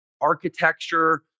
architecture